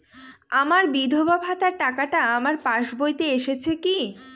আমার বিধবা ভাতার টাকাটা আমার পাসবইতে এসেছে কি?